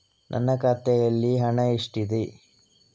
ನನ್ನ ಖಾತೆಯಲ್ಲಿ ಹಣ ಎಷ್ಟಿದೆ?